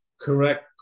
correct